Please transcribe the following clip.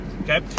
okay